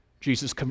Jesus